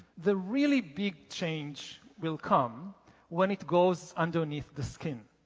the really big change will come when it goes underneath the skin.